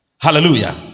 Hallelujah